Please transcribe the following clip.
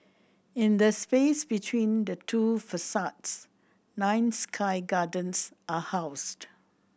in the space between the two facades nine sky gardens are housed